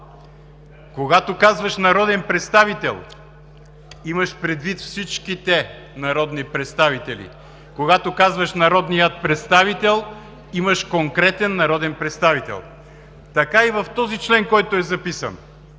Когато казваш „народен представител“, имаш предвид всичките народни представители. Когато казваш „народният представител“, имаш предвид конкретен народен представител. Така е и в този член, който е записан,